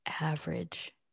Average